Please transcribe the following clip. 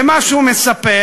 למה שהוא מספר,